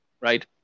right